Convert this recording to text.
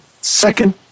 second